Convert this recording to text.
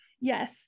Yes